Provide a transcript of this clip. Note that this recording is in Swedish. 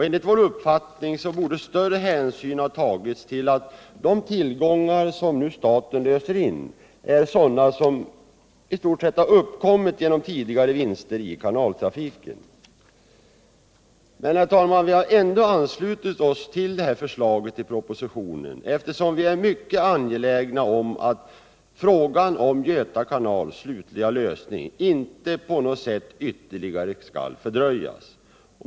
Enligt vår uppfattning borde större hänsyn ha tagits till att de tillgångar som staten nu löser in i stort sett är sådana som uppkommit genom tidigare vinster i kanaltrafiken. Vi har ändå anslutit oss till förslaget i propositionen, eftersom vi är mycket angelägna om att den slutliga lösningen när det gäller Göta kanal inte på något sätt ytterligare skall fördröjas. Herr talman!